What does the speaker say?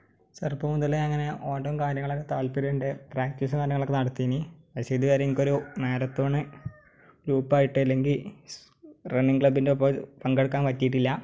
ചെറുപ്പം മുതലെ അങ്ങനെ ഓട്ടവും കാര്യങ്ങളൊക്കെ താല്പര്യമുണ്ട് പ്രാക്ടീസും കാര്യങ്ങളൊക്കെ നടത്തിയിരുന്നു പക്ഷേ ഇതുവരെ എനിക്കൊരു മാരത്തോൺ ഗ്രൂപ്പായിട്ട് ഇല്ലെങ്കിൽ റണ്ണിംഗ് ക്ലബിൻ്റെ കൂടെ പങ്കെടുക്കാൻ പറ്റിയിട്ടില്ല